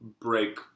break